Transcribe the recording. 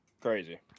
crazy